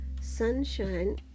Sunshine